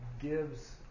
gives